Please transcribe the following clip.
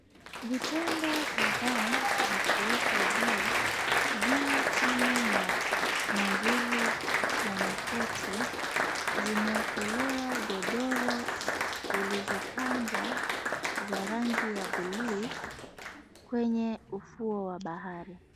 Vitanda kadhaa vya kuota jua, vimo chini ya mwavuli ya makuti. Zimeekelewa godoro zilizopangwa za rangi ya buluu, kwenye ufuo wa bahari.